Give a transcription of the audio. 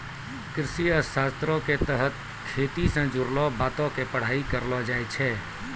कृषि अर्थशास्त्रो के तहत खेती से जुड़लो बातो के पढ़ाई करलो जाय छै